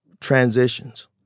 transitions